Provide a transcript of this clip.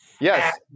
yes